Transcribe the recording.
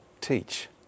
teach